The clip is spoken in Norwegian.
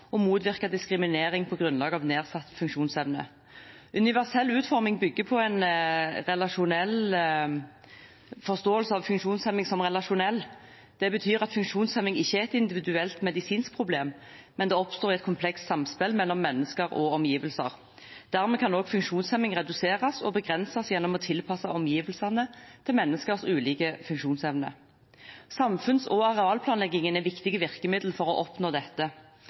og motvirke diskriminering på grunnlag av nedsatt funksjonsevne. Universell utforming bygger på en forståelse av funksjonshemning som relasjonell. Det betyr at funksjonshemning ikke er et individuelt medisinsk problem, men det oppstår et komplekst samspill mellom mennesker og omgivelser. Dermed kan også funksjonshemning reduseres og begrenses gjennom å tilpasse omgivelsene til menneskers ulike funksjonsevne. Samfunns- og arealplanleggingen er viktige virkemidler for å oppnå dette.